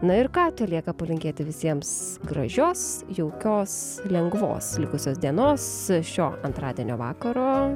na ir ką tai lieka palinkėti visiems gražios jaukios lengvos likusios dienos šio antradienio vakaro